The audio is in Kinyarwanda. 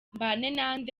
mbanenande